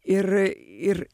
ir ir